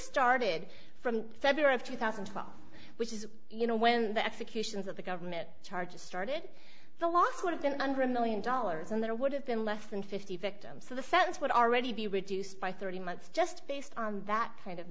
started from february of two thousand which is you know when the executions of the government charges started the last would have been under a million dollars and there would have been less than fifty victims so the sentence would already be reduced by thirty months just based on that kind of